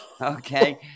Okay